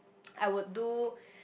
I would do